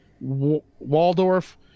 Waldorf